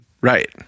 Right